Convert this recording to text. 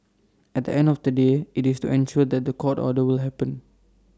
at the end of the day IT is to ensure that The Court order will happen